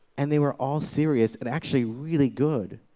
and they were all serious and actually really good,